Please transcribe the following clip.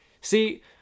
see